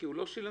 לא.